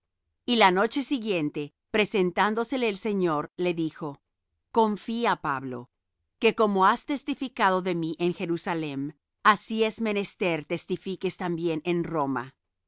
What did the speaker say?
y la noche siguiente presentándosele el señor le dijo confía pablo que como has testificado de mí en jerusalem así es menester testifiques también en roma